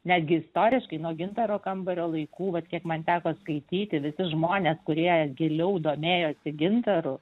netgi istoriškai nuo gintaro kambario laikų vat kiek man teko skaityti visi žmonės kurie giliau domėjosi gintaru